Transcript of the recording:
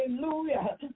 Hallelujah